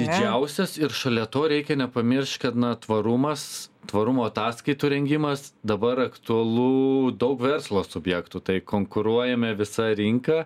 didžiausias ir šalia to reikia nepamiršt kad na tvarumas tvarumo ataskaitų rengimas dabar aktualu daug verslo subjektų tai konkuruojame visa rinka